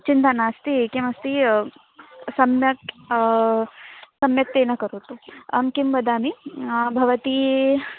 चिन्ता नास्ति किमस्ति सम्यक् सम्यक्तेन करोतु अहं किं वदामि भवती